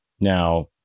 Now